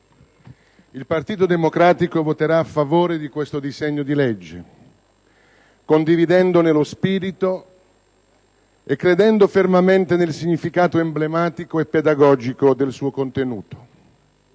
il Partito Democratico voterà a favore di questo disegno di legge, condividendone lo spirito e credendo fermamente nel significato emblematico e pedagogico del suo contenuto.